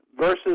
versus